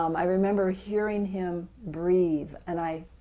um i remember hearing him breathe and i